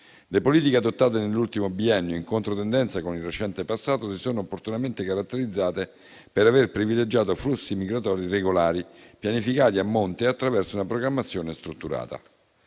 Le politiche adottate nell'ultimo biennio, in controtendenza con il recente passato, si sono opportunamente caratterizzate per aver privilegiato flussi migratori regolari, pianificati a monte attraverso una programmazione strutturata.